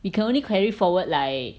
you can only carry forward like